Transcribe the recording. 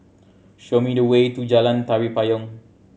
show me the way to Jalan Tari Payong